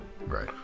Right